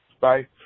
Bye